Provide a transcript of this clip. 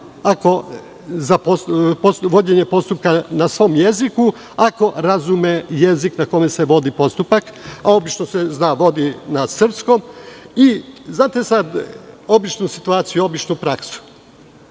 prava za vođenje postupka na svom jeziku, ako razume jezik na kome se vodi postupak. Obično se postupak vodi na srpskom. Znate, obična situacija, obična praksa,